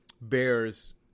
bears